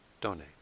donate